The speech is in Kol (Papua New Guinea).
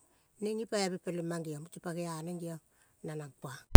Ngeng ngi paive peleng mang geong. Mute pa geaneng geong na nang kuang.